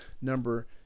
number